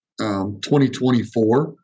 2024